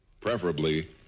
preferably